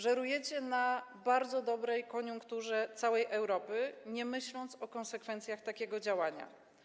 Żerujecie na bardzo dobrej koniunkturze całej Europy, nie myśląc o konsekwencjach takiego działania.